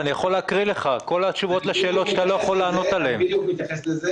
על זה אני מדבר אבל.